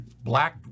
black